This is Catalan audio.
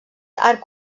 arc